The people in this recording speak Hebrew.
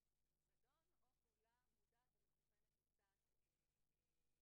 וכשזה אולי סלע המחלוקת המרכזי בינינו לבין המציעה,